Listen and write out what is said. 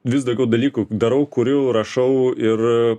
vis daugiau dalykų darau kuriu rašau ir